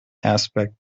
aspect